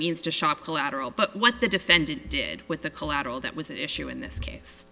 means to shop collateral but what the defendant did with the collateral that was an issue in this case